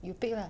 you pick lah